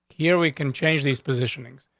here we can change these positionings.